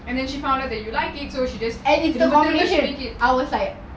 and with the combination I was like